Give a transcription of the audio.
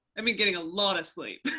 i mean getting a lot of sleep,